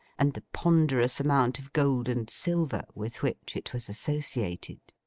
and the ponderous amount of gold and silver with which it was associated.